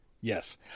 Yes